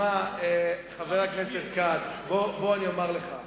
חבר הכנסת כץ, בוא אני אומר לך: